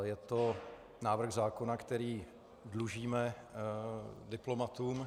Je to návrh zákona, který dlužíme diplomatům.